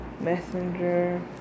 Messenger